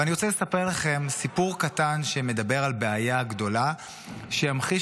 אבל אני רוצה לספר לכם סיפור קטן שמדבר על בעיה גדולה שימחיש